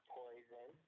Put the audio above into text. poison